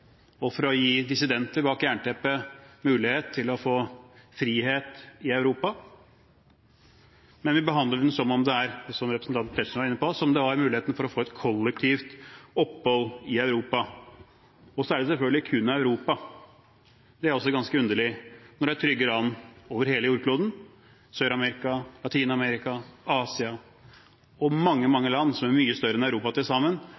og for å gi dissidenter bak jernteppet mulighet til å få frihet i Europa. Men vi behandler den som om det er – som representanten Tetzschner var inne på – mulighet til å få et kollektivt opphold i Europa. Så er det selvfølgelig kun snakk om Europa. Det er også ganske underlig, når det er trygge land over hele jordkloden – Sør-Amerika, Latin-Amerika, Asia; mange, mange land som er mye større enn Europa til sammen,